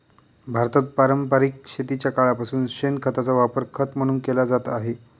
भारतात पारंपरिक शेतीच्या काळापासून शेणखताचा वापर खत म्हणून केला जात आहे